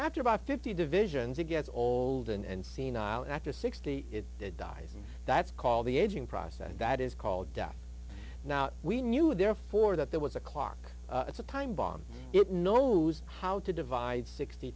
after about fifty divisions it gets old and senile and after sixty it dies and that's called the aging process that is called death now we knew therefore that there was a clock it's a time bomb it knows how to divide sixty